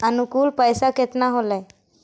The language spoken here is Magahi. अनुकुल पैसा केतना होलय